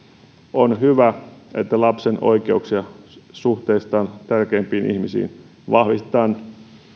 on hyvä että lapsen oikeuksia tärkeimpiin ihmisiin vahvistetaan